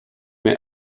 mehr